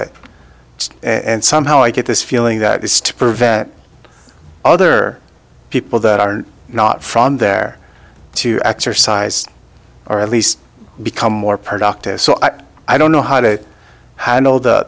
ut and somehow i get this feeling that is to prevent it other people that are not from there to exercise or at least become more productive so i i don't know how to handle